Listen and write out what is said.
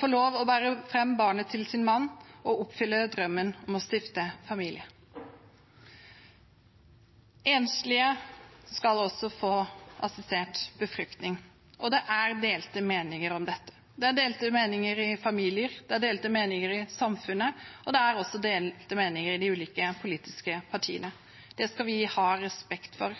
få lov til å bære fram barnet til sin mann og oppfylle drømmen om å stifte familie. Enslige skal også få assistert befruktning, og det er delte meninger om dette. Det er delte meninger i familier, det er delte meninger i samfunnet, og det er også delte meninger i de ulike politiske partiene. Det skal vi ha respekt for.